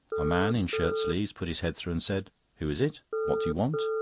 a man in shirt-sleeves put his head through and said who is it? what do you want?